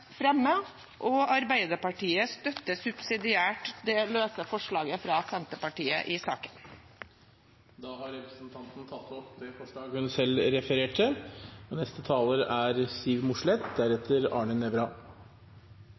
Arbeiderpartiet støtter subsidiært det løse forslaget fra Senterpartiet i saken. Representanten Kirsti Leirtrø har tatt opp det forslaget hun refererte til. Selv om 80 pst. av jernbanen er